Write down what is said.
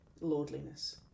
lordliness